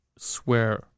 Swear